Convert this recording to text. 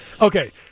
Okay